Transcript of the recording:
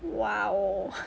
!wow!